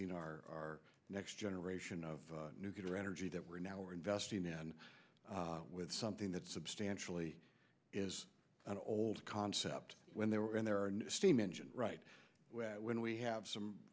basing our next generation of nuclear energy that we're now we're investing in with something that substantially is an old concept when they were in there a steam engine right when we have some